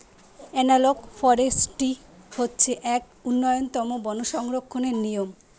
analogue forestry হচ্ছে এক উন্নতম বন সংরক্ষণের নিয়ম